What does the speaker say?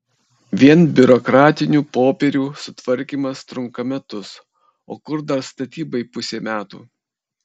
vien biurokratinių popierių sutvarkymas trunka metus o kur dar statybai pusė metų